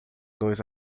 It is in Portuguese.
dois